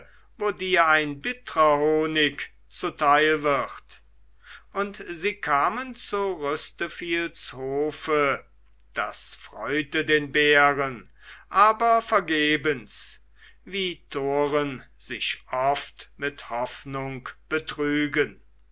wo dir ein bittrer honig zuteil wird und sie kamen zu rüsteviels hofe das freute den bären aber vergebens wie toren sich oft mit hoffnung betrügen